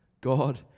God